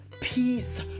peace